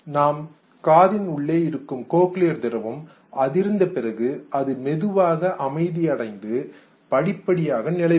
நம் காதின் உள்ளே இருக்கும் கோக்லியர் திரவம் அதிர்ந்த பிறகு அது மெதுவாக அமைதியடைந்து படிப்படியாக நிலைபெறும்